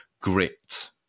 grit